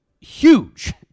huge